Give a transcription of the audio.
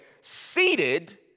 seated